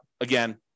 again